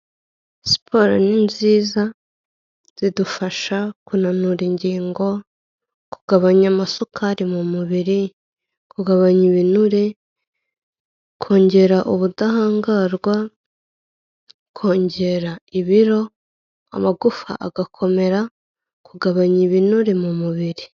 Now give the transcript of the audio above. Siporo ni nziza, zidufasha kunanura ingingo, kugabanya amasukari mu mubiri, kugabanya ibinure, kongera ubudahangarwa, kongera ibiro, amagufa agakomera, kugabanya ibinure mu mubiri.